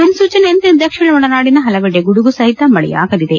ಮುನ್ಲೂಚನೆಯಂತೆ ದಕ್ಷಿಣ ಒಳನಾಡಿನ ಹಲವೆಡೆ ಗುಡುಗು ಸಹಿತ ಮಳೆಯಾಗಲಿದೆ